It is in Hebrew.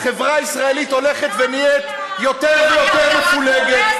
החברה הישראלית הולכת ונהיית יותר ויותר מפולגת,